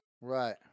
Right